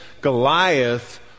Goliath